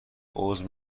عذر